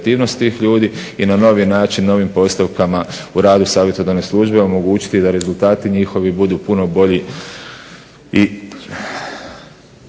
i na novi način, novim postavkama u radu savjetodavne službe omogućiti da rezultati njihovi budu puno bolji